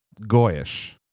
Goyish